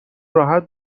راحت